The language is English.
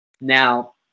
Now